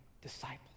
disciples